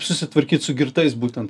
susitvarkyt su girtais būtent